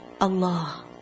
Allah